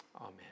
Amen